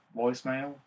voicemail